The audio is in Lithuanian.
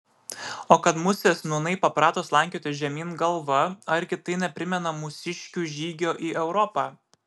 o kad musės nūnai paprato slankioti žemyn galva argi tai neprimena mūsiškių žygio į europą